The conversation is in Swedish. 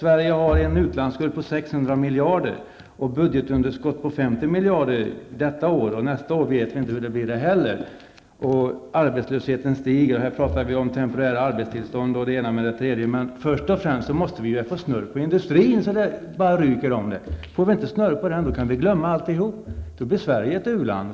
Sverige har en utlandsskuld på 600 miljarder och ett budgetunderskott på 50 miljarder i år, hur mycket det blir nästa år vet vi inte. Arbetslösheten ökar. Men här talar vi om temporärt arbetstillstånd för den ena eller den andra. Först och främst måste vi få snurr på industrin så att det bara ryker om den. Får vi inte snurr på industrin, kan vi glömma alltihop. Då blir Sverige ett u-land.